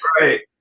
right